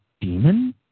demon